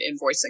invoicing